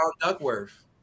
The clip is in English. Duckworth